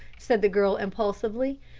said the girl impulsively.